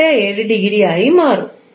87 ° ആയി മാറും